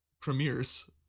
premieres